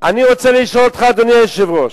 רוצה לשאול אותך, אדוני היושב-ראש,